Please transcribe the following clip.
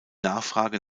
nachfrage